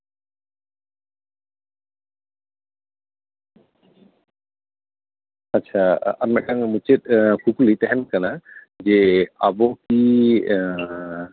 ᱟᱪᱪᱷᱟ ᱟᱨ ᱢᱤᱫᱴᱮᱱ ᱢᱩᱪᱟᱹᱫ ᱠᱩᱠᱞᱤ ᱛᱟᱦᱮᱱ ᱠᱟᱱᱟ ᱡᱮ ᱟᱵᱚ ᱠᱤ